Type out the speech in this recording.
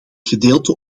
gedeelte